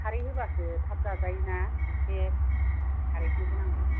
खारै होबासो थाब जाजायोना एसे खारैखौ होनांगौ